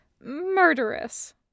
murderous